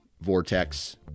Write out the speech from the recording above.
Vortex